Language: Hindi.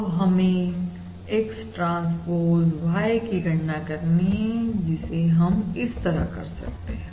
अब हमें x ट्रांसपोज y की गणना करनी है जिसे हम इस तरह कर सकते हैं